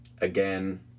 again